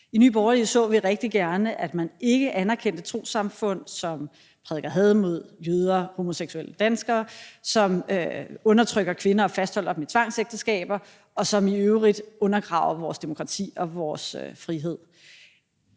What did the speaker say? I Nye Borgerlige så vi rigtig gerne, at man ikke anerkendte trossamfund, som prædiker had mod jøder og homoseksuelle danskere, som undertrykker kvinder og fastholder dem i tvangsægteskaber, og som i øvrigt undergraver vores demokrati og vores frihed.